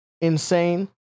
insane